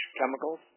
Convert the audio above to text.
chemicals